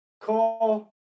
call